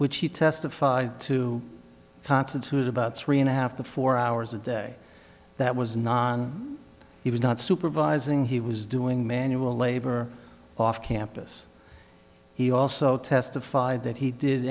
which he testified to constitute about three and a half to four hours a day that was not on he was not supervising he was doing manual labor off campus he also testified that he did